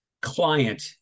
client